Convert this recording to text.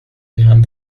behind